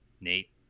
Nate